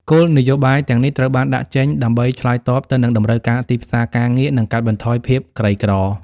គោលនយោបាយទាំងនេះត្រូវបានដាក់ចេញដើម្បីឆ្លើយតបទៅនឹងតម្រូវការទីផ្សារការងារ និងកាត់បន្ថយភាពក្រីក្រ។